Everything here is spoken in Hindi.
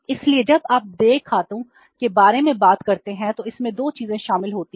इसलिए जब आप देय खातों सही हैं